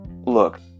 look